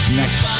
next